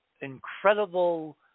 incredible